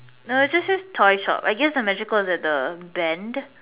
no it just say toy shop I guess I'm actually close at the bend